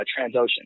Transocean